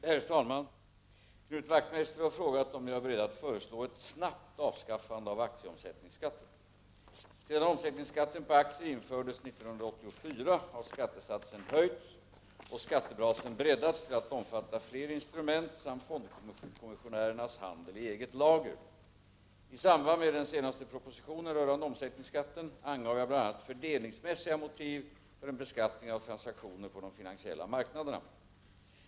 Herr talman! Knut Wachtmeister har frågat om jag är beredd att föreslå ett snabbt avskaffande av aktieomsättningsskatten. Sedan omsättningsskatten på aktier infördes 1984 har skattesatsen höjts och skattebasen breddats till att omfatta fler instrument samt fondkommissionärernas handel i eget lager. I samband med den senaste propositionen rörande omsättningsskatten angav jag bl.a. fördelningsmässiga motiv för en beskattning av transaktioner på de finansiella marknaderna.